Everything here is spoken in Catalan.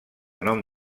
nom